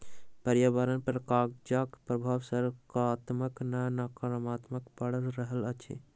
पर्यावरण पर कागजक प्रभाव साकारात्मक नै नाकारात्मक पड़ि रहल अछि